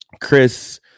Chris